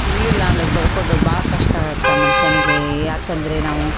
ಇರಲಿಲ್ಲ ಅಂದರೆ ಬದುಕೋದು ಭಾಳ ಕಷ್ಟ ಆಗತ್ತೆ ಆ ಮನ್ಷನಿಗೆ ಏಕಂದ್ರೆ ನಾವು